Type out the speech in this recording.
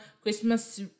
Christmas